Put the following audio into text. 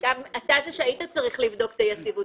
אתה זה שהיית צריך לבדוק את היציבות.